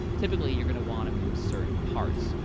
typically, you're gonna want to move certain parts.